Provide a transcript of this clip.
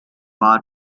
bar